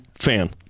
fan